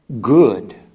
good